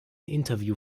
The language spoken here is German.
interview